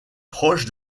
proche